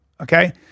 okay